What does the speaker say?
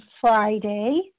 Friday